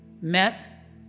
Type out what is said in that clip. met